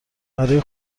برای